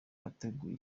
wateguye